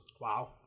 Wow